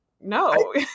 No